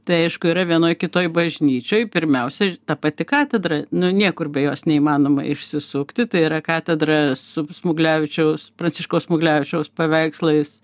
tai aišku yra vienoj kitoj bažnyčioj pirmiausiai ta pati katedra nu niekur be jos neįmanoma išsisukti tai yra katedra su smuglevičiaus pranciškaus smuglevičiaus paveikslais